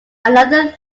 another